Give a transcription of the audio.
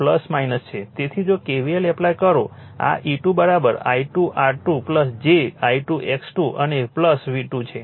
તેથી જો KVL apply કરો આ E2 I2 R2 j I2 X2 અને V2 છે